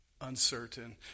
uncertain